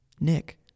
Nick